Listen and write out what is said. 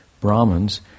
Brahmins